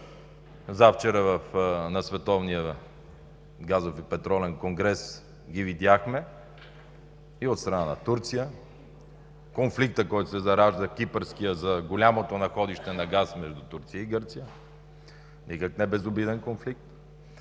Завчера на Световния газов и петролен конгрес ги видяхме и от страна на Турция. Конфликтът, който се заражда – Кипърският, за голямото находище на газ между Турция и Гърция, никак небезобиден конфликт.